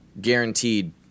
guaranteed